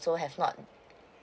so have not